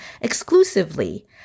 exclusively